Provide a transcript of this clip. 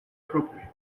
appropriate